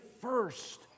first